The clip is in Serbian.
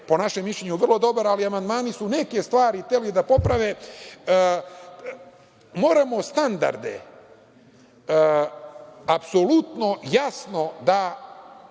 po našem mišljenju vrlo dobar, ali amandmani su neke stvari hteli da poprave. Moramo standarde apsolutno jasno da